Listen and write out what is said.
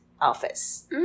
office